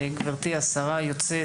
גברתי השרה היוצאת,